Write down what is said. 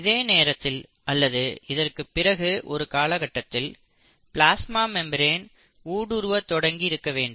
இதே நேரத்தில் அல்லது இதற்குப் பிறகு ஒரு காலகட்டத்தில் பிளாஸ்மா மெம்பரேன் ஊடுருவ தொடங்கியிருக்க வேண்டும்